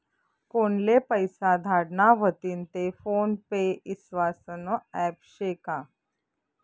कोनले पैसा धाडना व्हतीन ते फोन पे ईस्वासनं ॲप शे का?